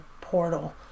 portal